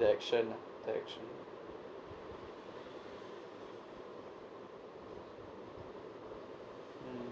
the action ah the action mm